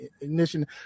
ignition